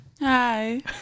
Hi